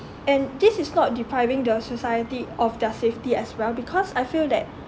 and this is not depriving the society of their safety as well because I feel that